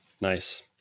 Nice